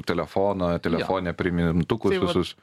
telefoną telefone primintukus visus